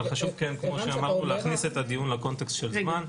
אבל חשוב להכניס את הדיון לקונטקסט של זמן.